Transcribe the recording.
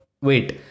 wait